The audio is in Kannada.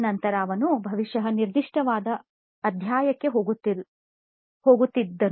ನಂತರ ಅವನು ಬಹುಶಃ ನಿರ್ದಿಷ್ಟವಾದ ಅಧ್ಯಾಯಕ್ಕೆ ಹೋಗುತ್ತಿದ್ದನು